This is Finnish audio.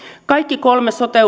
kaikkien kolmen sote